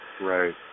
right